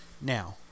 now